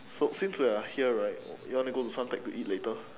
so since we're here right you want to go to suntec to eat later